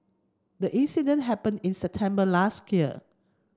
the incident happened in September last year